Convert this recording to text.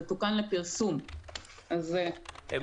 זה